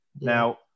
Now